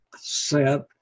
set